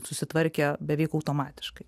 susitvarkę beveik automatiškai